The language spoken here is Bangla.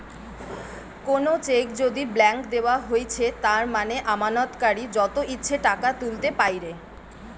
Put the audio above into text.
কোনো চেক যদি ব্ল্যাংক দেওয়া হৈছে তার মানে আমানতকারী যত ইচ্ছে টাকা তুলতে পাইরে